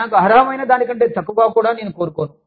నాకు అర్హమైన దానికంటే తక్కువగా కూడానేను కోరుకోను